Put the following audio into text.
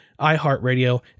iHeartRadio